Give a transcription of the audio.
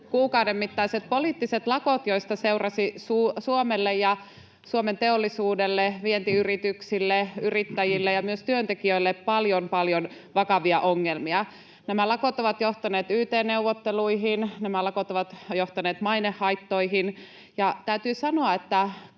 kuukauden mittaiset poliittiset lakot, joista seurasi Suomelle ja Suomen teollisuudelle, vientiyrityksille, yrittäjille ja myös työntekijöille paljon, paljon vakavia ongelmia. Nämä lakot ovat johtaneet yt-neuvotteluihin, nämä lakot ovat johtaneet mainehaittoihin. Täytyy sanoa, että